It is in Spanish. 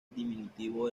diminutivo